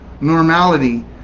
normality